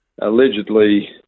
allegedly